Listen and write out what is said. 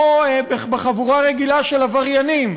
כמו בחבורה רגילה של עבריינים,